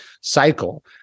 cycle